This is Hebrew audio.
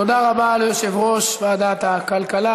תודה רבה ליושב-ראש ועדת הכלכלה,